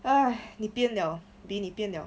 哎你变 liao 你变 liao